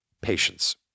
Patience